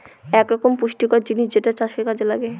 এক রকমের পুষ্টিকর জিনিস যেটা চাষের কাযে লাগে